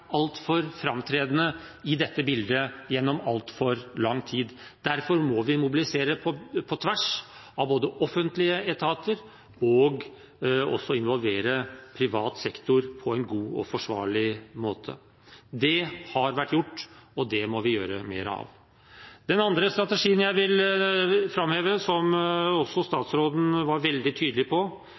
altfor framtredende i dette bildet gjennom altfor lang tid, og derfor må vi mobilisere på tvers av offentlige etater og også involvere privat sektor på en god og forsvarlig måte. Det har vært gjort, og det må vi gjøre mer av. Den andre strategien jeg vil framheve, som også statsråden var veldig tydelig på,